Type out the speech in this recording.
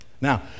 Now